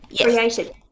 created